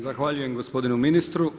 Zahvaljujem gospodinu ministru.